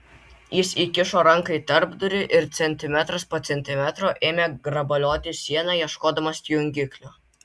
jis įkišo ranką į tarpdurį ir centimetras po centimetro ėmė grabalioti sieną ieškodamas jungiklio